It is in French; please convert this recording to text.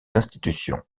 institutions